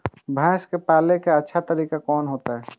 भैंस के पाले के अच्छा तरीका कोन होते?